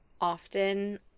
often